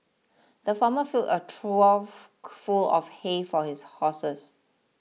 the farmer filled a trough full of hay for his horses